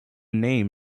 name